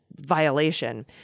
violation